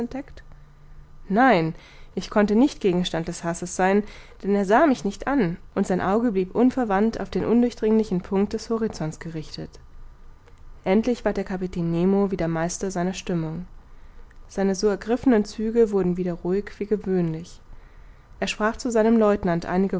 nein ich konnte nicht gegenstand des hasses sein denn er sah mich nicht an und sein auge blieb unverwandt auf den undurchdringlichen punkt des horizonts gerichtet endlich ward der kapitän nemo wieder meister seiner stimmung seine so ergriffenen züge wurden wieder ruhig wie gewöhnlich er sprach zu seinem